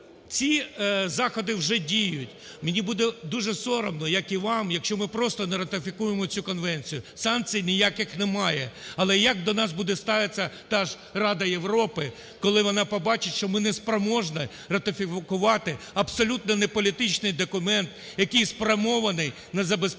ці заходи вже діють. Мені буде дуже соромно, як і вам, якщо ми просто не ратифікуємо цю конвенцію. Санкцій ніяких немає, але як до нас буде ставитися та ж Рада Європи, коли вона побачить, що ми не спроможні ратифікувати абсолютно неполітичний документ, який спрямований на забезпечення